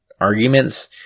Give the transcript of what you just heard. arguments